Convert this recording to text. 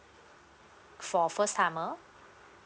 for first timer